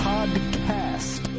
Podcast